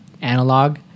analog